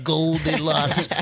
Goldilocks